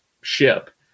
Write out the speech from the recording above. ship